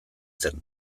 zen